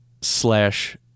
slash